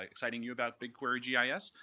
exciting you about bigquery gis,